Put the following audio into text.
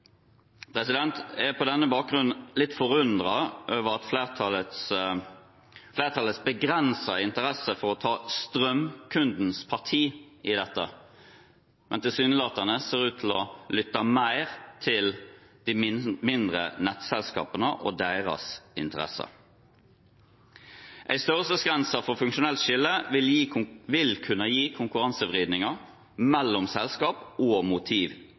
Jeg er på denne bakgrunn litt forundret over flertallets begrensete interesse for å ta strømkundens parti i dette, men tilsynelatende ser ut til å lytte mer til de mindre nettselskapene og deres interesser. En størrelsesgrense for funksjonelt skille vil kunne gi konkurransevridninger mellom selskap og motiv